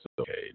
okay